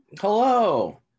hello